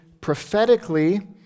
prophetically